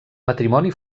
matrimoni